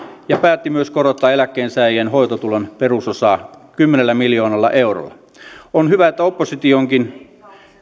ja päätti myös korottaa eläkkeensaajien hoitotulon perusosaa kymmenellä miljoonalla eurolla on hyvä että oppositiokin